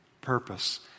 purpose